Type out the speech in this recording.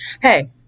Hey